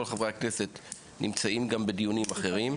כל חברי הכנסת נמצאים גם בדיונים אחרים,